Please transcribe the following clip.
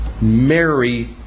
Mary